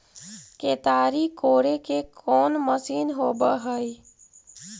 केताड़ी कोड़े के कोन मशीन होब हइ?